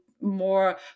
more